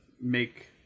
make